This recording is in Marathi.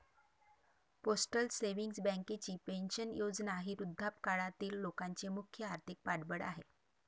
पोस्टल सेव्हिंग्ज बँकेची पेन्शन योजना ही वृद्धापकाळातील लोकांचे मुख्य आर्थिक पाठबळ आहे